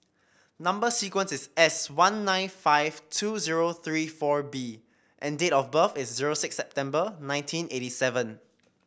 number sequence is S one nine five two zero three four B and date of birth is zero six September nineteen eighty seven